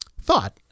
thought